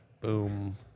Boom